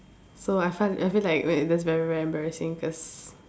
so I fi~ I feel like that that's very very embarrassing cause